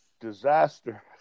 disaster